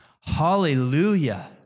Hallelujah